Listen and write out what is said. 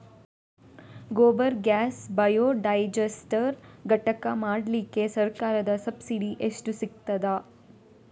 Gobar gas biodigester ಘಟಕ ಮಾಡ್ಲಿಕ್ಕೆ ಸರ್ಕಾರದ ಸಬ್ಸಿಡಿ ಎಷ್ಟು ಸಿಕ್ತಾದೆ?